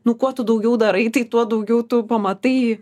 nu kuo tu daugiau darai tai tuo daugiau tu pamatai